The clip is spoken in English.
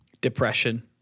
Depression